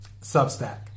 Substack